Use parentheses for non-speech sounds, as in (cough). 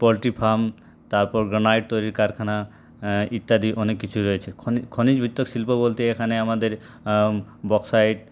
poultry farm তারপর granite তৈরির কারখানা ইত্যাদি অনেক কিছুই রয়েছে খনিজ (unintelligible) শিল্প বলতে এখানে আমাদের বক্সাইট